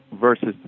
versus